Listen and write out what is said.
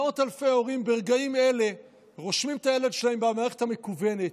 מאות אלפי הורים ברגעים אלה רושמים את הילד שלהם במערכת המקוונת.